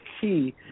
key